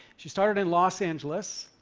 she started in los angeles